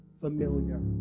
familiar